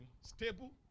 stable